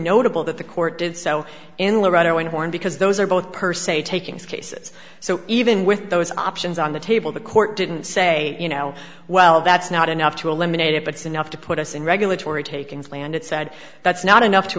notable that the court did so in laredo and horn because those are both per se takings cases so even with those options on the table the court didn't say you know well that's not enough to eliminate it but it's enough to put us in regulatory takings land it said that's not enough to